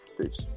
Peace